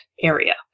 area